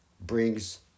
brings